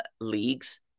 leagues